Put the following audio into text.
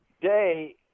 day